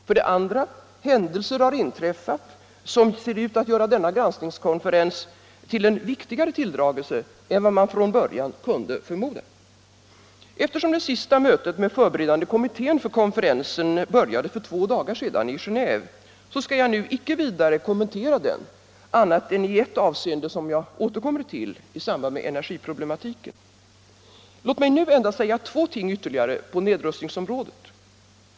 För det andra: händelser har inträffat som ser ut att göra denna granskningskonferens till en viktigare tilldragelse än vad man från början kunde förmoda. Eftersom det sista mötet med förberedande kommittén för konferensen började för två dagar sedan i Genéve, skall jag nu icke vidare kommentera den annat än i ett avseende som jag återkommer till i samband med energiproblematiken. Låt mig nu endast säga två ting ytterligare på nedrustningsområdet.